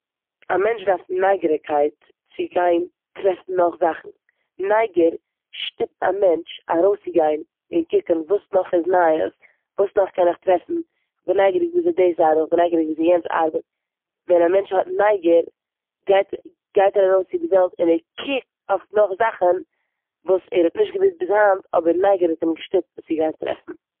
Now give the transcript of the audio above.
א מענטש דארף נייגעריגקייט צו גיין טרעפן נאך זאכן. נייגער שטופט א מענטש ארויסציגיין און קוקן וואס נאך איז נייעס, וואס נאך קען איך טרעפן. כ'בין נייגעריג וויאזוי דאס ארבעט, כ'בין נייגעריג וויאזוי יענץ ארבעט. ווען א מענטש האט נייגער גייט- גייט ער ארויס צו די וועלט און ער קוקט אויף נאך זאכן וואס ער האט נישט געוויסט ביז היינט אבער נייגער האט אים געשטופט עס צו גיין טרעפן.